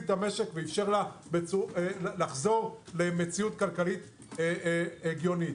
את המשק ואפשר לה לחזור למציאות כלכלית הגיונית.